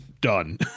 done